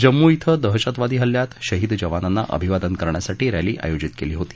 जम्मू कें दहशतवादी हल्ल्यात शहीद जवानांना अभिवादन करण्यासाठी रॅली आयोजित केली होती